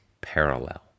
parallel